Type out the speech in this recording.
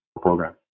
program